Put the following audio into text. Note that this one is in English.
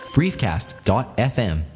briefcast.fm